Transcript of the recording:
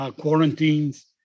quarantines